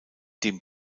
dem